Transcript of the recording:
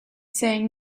saying